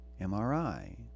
MRI